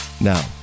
Now